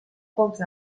pocs